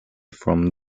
from